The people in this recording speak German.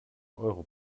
euro